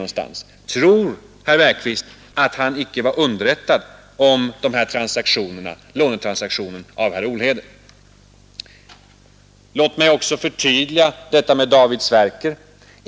Tror herr Bergqvist — Nr 77 att herr Wickman inte var underrättad av herr Olhede om denna Onsdagen den lånetransaktion? 10 maj 1972 Låt mig också förtydliga min fråga om David Sverker.